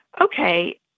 okay